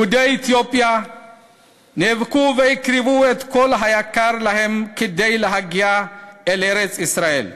יהודי אתיופיה נאבקו והקריבו את כל היקר להם כדי להגיע אל ארץ-ישראל.